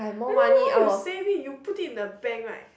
wait wait why you save it you put it in the bank right